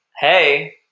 Hey